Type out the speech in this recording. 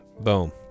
Boom